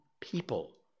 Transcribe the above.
people